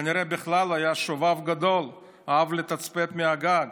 כנראה בכלל היה שובב גדול, אהב לתצפת מהגג.